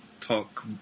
talk